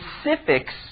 specifics